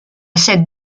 cette